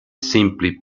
simply